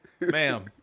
Ma'am